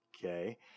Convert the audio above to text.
okay